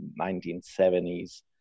1970s